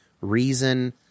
reason